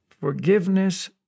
forgiveness